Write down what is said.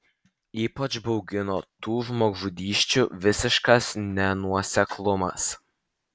ypač baugino tų žmogžudysčių visiškas nenuoseklumas